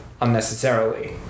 unnecessarily